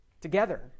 together